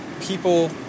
people